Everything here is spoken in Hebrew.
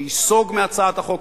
שייסוג מהצעת החוק,